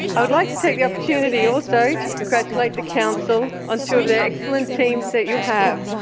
i would like to take the opportunity also to congratulate the council on two of their excellent teams that you have,